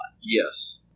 Yes